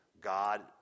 God